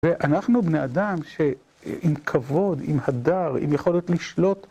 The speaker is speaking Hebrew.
ואנחנו בני אדם שעם כבוד, עם הדר, עם יכולת לשלוט